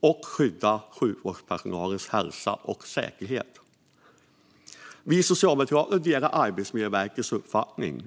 "och skydda sjukvårdspersonalens hälsa och säkerhet". Vi socialdemokrater delar Arbetsmiljöverkets uppfattning.